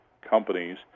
companies